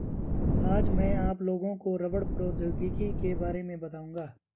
आज मैं आप लोगों को रबड़ प्रौद्योगिकी के बारे में बताउंगा